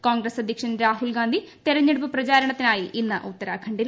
കോൺഗ്രസ്സ് അക്ട്ട്ക്ഷൻ രാഹുൽഗാന്ധി തെരഞ്ഞെടുപ്പ് പ്രചാരണത്തിനായി ഇന്ന് ഉത്തരാഖണ്ഡിൽ